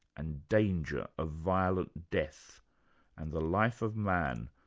and danger of violent death and the life of man,